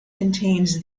contains